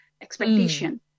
expectation